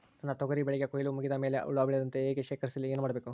ನನ್ನ ತೊಗರಿ ಬೆಳೆಗೆ ಕೊಯ್ಲು ಮುಗಿದ ಮೇಲೆ ಹುಳು ಬೇಳದ ಹಾಗೆ ಶೇಖರಿಸಲು ಏನು ಮಾಡಬೇಕು?